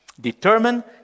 Determine